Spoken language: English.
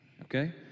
okay